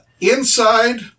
Inside